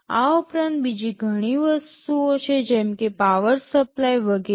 આ ઉપરાંત બીજી ઘણી વસ્તુઓ છે જેમ કે પાવર સપ્લાય વગેરે